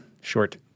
short